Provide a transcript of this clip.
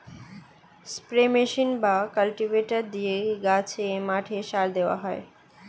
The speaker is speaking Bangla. স্প্রে মেশিন বা কাল্টিভেটর দিয়ে গাছে, মাঠে সার দেওয়া হয়